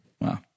Wow